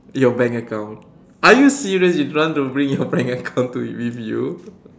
your bank account are you serious you don't want to bring your bank account to with you